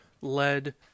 lead